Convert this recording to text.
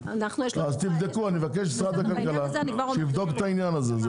ופה אני מבקש ממשרד הכלכלה לבדוק את העניין הזה.